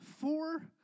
four